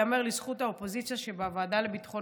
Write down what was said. ייאמר לזכות האופוזיציה שבוועדה לביטחון